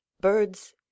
birds